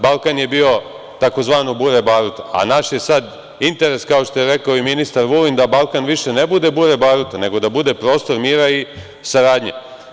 Balkan je bio tzv. bure baruta, a naš je sad interes kao što je rekao i ministar Vulin da Balkan više ne bude bure baruta nego da bude prostor mira i saradnje.